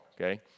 okay